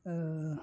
ଓ